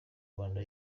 rwanda